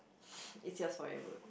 it's yours forever